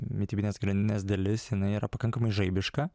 mitybinės grandinės dalis jinai yra pakankamai žaibiška